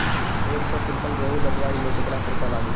एक सौ कुंटल गेहूं लदवाई में केतना खर्चा लागी?